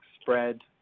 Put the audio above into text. spread